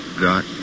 got